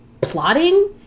plotting